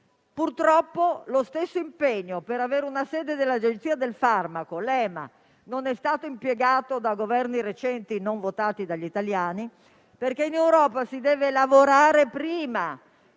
Purtroppo lo stesso impegno per avere in Italia una sede dell'Agenzia del farmaco, l'EMA, non è stato profuso da Governi recenti, non votati dagli italiani, perché in Europa si deve lavorare prima